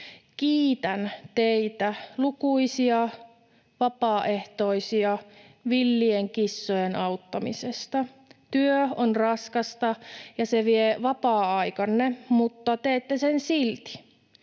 Kiitän teitä lukuisia vapaaehtoisia villien kissojen auttamisesta. Työ on raskasta ja se vie vapaa-aikanne, mutta teette sitä silti,